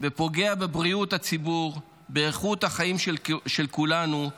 שפוגע בבריאות הציבור ובאיכות החיים של כולנו,